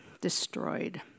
destroyed